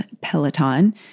Peloton